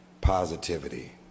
positivity